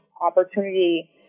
opportunity